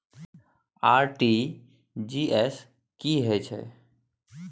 RTG S की है छै?